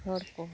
ᱦᱚᱲᱠᱩ